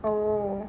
oh